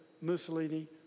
Mussolini